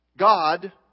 God